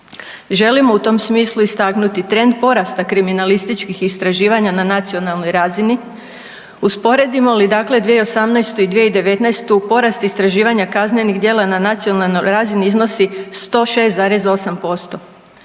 Želimo u tom smislu istaknuti trend porasta kriminalističkih istraživanja na nacionalnoj razini. Usporedimo li dakle 2018. i 2019. porast istraživanja kaznenih djela na nacionalnoj razini iznosi 106,8%.